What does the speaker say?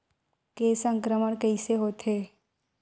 के संक्रमण कइसे होथे?